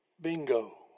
bingo